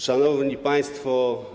Szanowni Państwo!